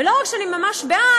ולא רק שאני ממש בעד,